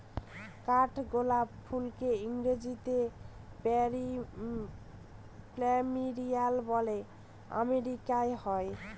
কাঠগোলাপ ফুলকে ইংরেজিতে প্ল্যামেরিয়া বলে আমেরিকায় হয়